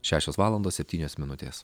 šešios valandos septynios minutės